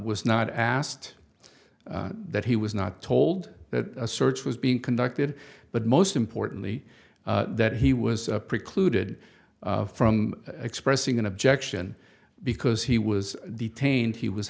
was not asked that he was not told that a search was being conducted but most importantly that he was precluded from expressing an objection because he was detained he was